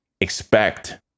expect